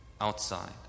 outside